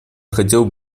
хотел